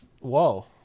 Whoa